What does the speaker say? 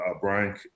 Brian